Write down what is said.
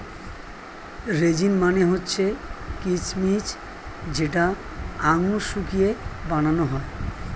raisin মানে হচ্ছে কিচমিচ যেটা আঙুর শুকিয়ে বানানো হয়